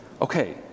okay